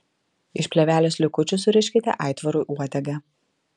iš plėvelės likučių suriškite aitvarui uodegą